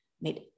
made